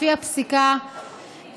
לפי הפסיקה,